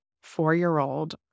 four-year-old